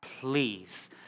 please